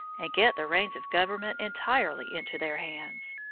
and get the reins of government entirely into their hands.